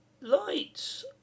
lights